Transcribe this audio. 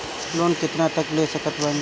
Loan कितना तक ले सकत बानी?